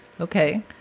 Okay